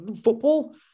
football